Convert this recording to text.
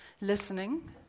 listening